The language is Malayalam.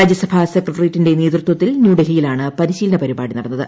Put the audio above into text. രാജ്യസഭാ സെക്രട്ടേറിയറ്റിന്റെ നേതൃത്വത്തിൽ ന്യൂഡൽഹിയിലാണ് പരിശീലന പരിപാടി നടന്നത്